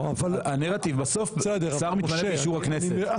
הנרטיב בסוף, שר מתמנה באישור הכנסת.